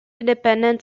independent